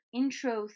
intro